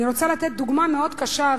אני רוצה לתת דוגמה מאוד קשה,